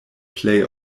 plej